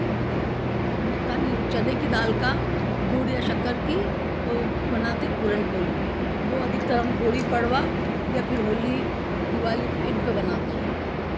मक्का नहीं चने की दाल का गुड़ या शक्कर की वह बनाते पूरण पोली वह अधिकतर हम गुड़ी पड़वा या फिर होली दीवाली पर इन पर बनाते हैं